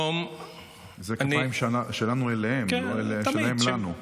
כפיים שלנו להם, לא שלהם לנו.